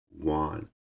one